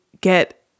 get